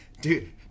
dude